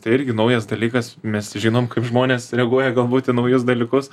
tai irgi naujas dalykas mes žinom kaip žmonės reaguoja galbūt į naujus dalykus